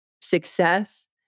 success